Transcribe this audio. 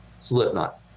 slipknot